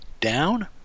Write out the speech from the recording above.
down